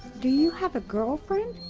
do you have a girlfriend?